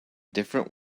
different